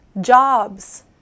jobs